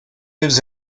lives